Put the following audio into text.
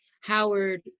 Howard